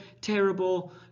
terrible